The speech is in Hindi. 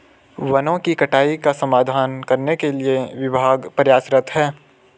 वनों की कटाई का समाधान करने के लिए विभाग प्रयासरत है